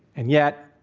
and yet,